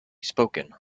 spoken